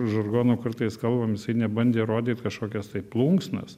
žargonu kartais kalbam jisai nebandė rodyt kažkokias tai plunksnas